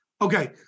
Okay